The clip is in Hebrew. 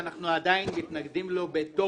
תודה, עד שהשתקנו אותן עכשיו אתה באת?